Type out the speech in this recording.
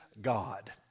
God